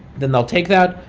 then they'll take that,